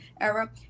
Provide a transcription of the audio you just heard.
era